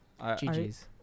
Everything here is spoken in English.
GGS